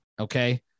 okay